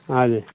हँ जी